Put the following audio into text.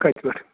کتہِ پٮ۪ٹھٕ